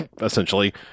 essentially